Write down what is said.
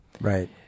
Right